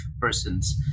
persons